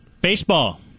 baseball